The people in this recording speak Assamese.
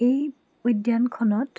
এই উদ্যানখনত